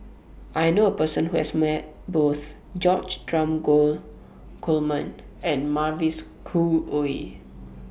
I knew A Person Who has Met Both George Dromgold Coleman and Mavis Khoo Oei